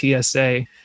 TSA